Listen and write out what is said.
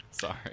Sorry